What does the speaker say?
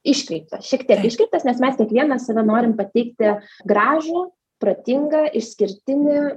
iškreiptas šiek tiek iškreiptas nes mes kiekvienas save norim pateikti gražų protingą išskirtinį